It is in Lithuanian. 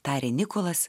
tarė nikolas